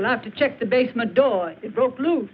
not to check the basement door it broke loose